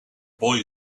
boy